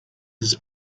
his